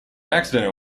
accident